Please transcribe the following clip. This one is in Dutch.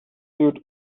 duurt